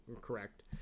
correct